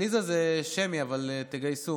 עליזה, זה שמי, אבל תגייסו.